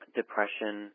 depression